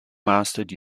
masted